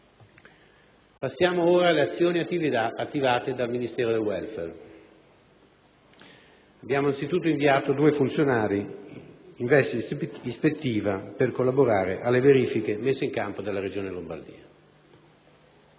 riguarda le azioni attivate dal Ministero del welfare, abbiamo innanzi tutto inviato due funzionari in veste ispettiva per collaborare alle verifiche messe in campo dalla Regione Lombardia,